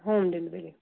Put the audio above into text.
home delivery